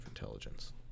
intelligence